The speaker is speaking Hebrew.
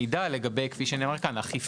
לקבל מידע לגבי אכיפה,